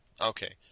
Okay